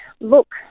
look